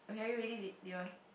okay are you ready to do you want